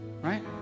right